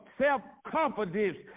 self-confidence